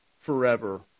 forever